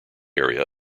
area